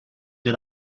did